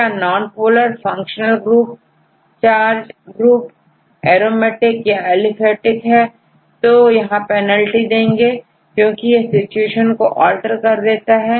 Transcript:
क्या nonpolar functional group charge group aromatic या aliphatic हो तो यहां पेनाल्टी देंगे क्योंकि यह सिचुएशन को ऑल्टर कर देती है